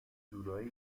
جورایی